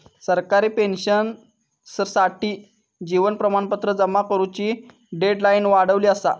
सरकारी पेंशनर्ससाठी जीवन प्रमाणपत्र जमा करुची डेडलाईन वाढवली असा